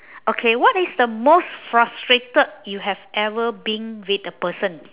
okay what is the most frustrated you have ever been with a person